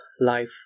life